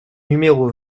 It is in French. numéro